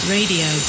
Radio